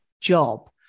job